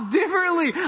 differently